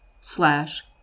slash